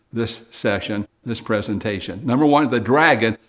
this session, this presentation. number one is the dragon.